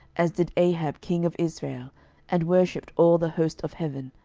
as did ahab king of israel and worshipped all the host of heaven,